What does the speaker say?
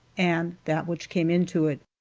and that which came into it.